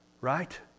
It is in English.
Right